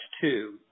two